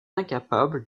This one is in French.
incapable